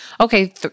okay